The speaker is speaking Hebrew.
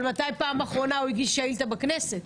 אבל מתי בפעם האחרונה הוא הגיש שאילתה בכנסת?